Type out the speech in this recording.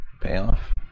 Payoff